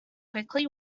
quickly